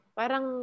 parang